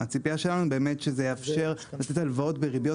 הציפייה שלנו היא באמת שזה יאפשר לתת הלוואות בריביות